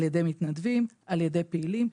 על ידי מתנדבים ופעילים.